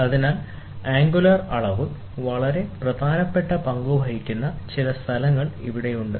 അതിനാൽ ആംഗുലാർ അളവ് വളരെ പ്രധാനപ്പെട്ട പങ്ക് വഹിക്കുന്ന ചില സ്ഥലങ്ങൾ ഇവിടെയുണ്ട്